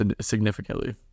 significantly